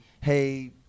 Hey